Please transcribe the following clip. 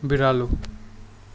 बिरालो